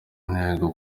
ntego